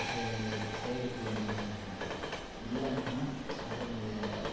அது சே சேகரிக்க வேண்டியதாக இருக்குது இல்லைன்னா அதனுடைய